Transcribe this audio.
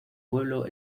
pueblo